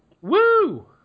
Woo